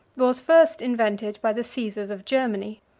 was first invented by the caesars of germany.